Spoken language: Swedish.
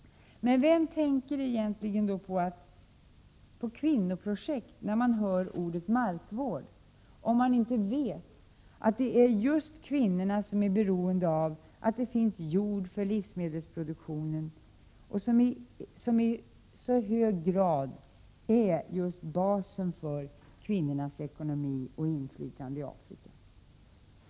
Vem tänker egentligen på kvinnoprojekt när man hör ordet markvård, om man inte vet att just kvinnorna är beroende av att det finns jord för livsmedelsproduktionen, som i så hög grad är basen för kvinnornas ekonomi och inflytande i Afrika?